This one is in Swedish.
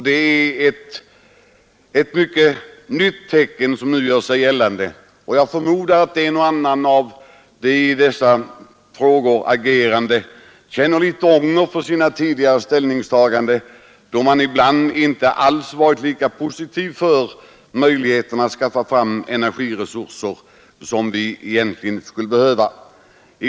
Det är ett mycket nytt tecken som nu gör sig märkbart, och jag förmodar att en och annan av de i dessa frågor agerande känner litet ånger över sina tidigare ställningstaganden, då de ibland inte alls varit lika positiva när det gällt möjligheten att skaffa fram de energiresurser som vi egentligen skulle behöva.